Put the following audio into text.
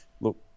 look